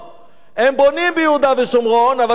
הם בונים ביהודה ושומרון, אבל מי בונה?